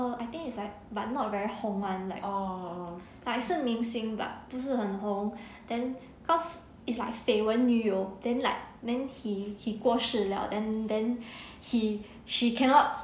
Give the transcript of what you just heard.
oh I think it's like but not very 红 [one] like but 是明星 but 不是很红 then cause it's like 绯闻女友 then like then he he 过世了 then then he she cannot